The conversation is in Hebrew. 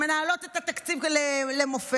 שמנהלות את התקציב למופת,